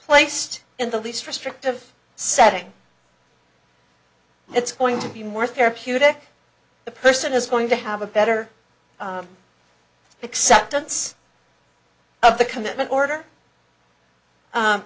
placed in the least restrictive setting it's going to be more therapeutic the person is going to have a better except once of the commitment order